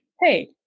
hey